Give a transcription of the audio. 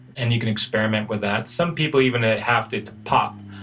and you can experiment with that. some people even ah have to to pop,